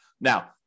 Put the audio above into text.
Now